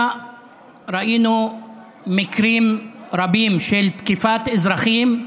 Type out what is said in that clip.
לאחרונה ראינו מקרים רבים של תקיפת אזרחים,